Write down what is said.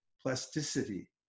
plasticity